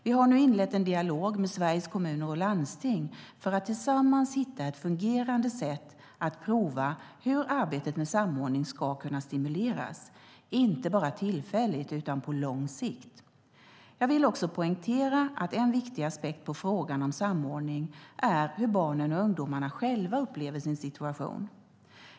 Vi har nu inlett en dialog med Sveriges Kommuner och Landsting för att tillsammans hitta ett fungerande sätt att prova hur arbetet med samordning ska kunna stimuleras, inte bara tillfälligt utan på lång sikt. Jag vill också poängtera att en viktig aspekt på frågan om samordning är hur barnen och ungdomarna själva upplever sin situation.